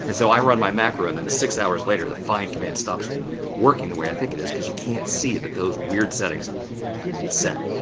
and so, i run my macro and then six hours later, the find command stops working the way i think it is because you can't see that those weird settings have been set.